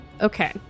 okay